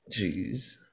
Jeez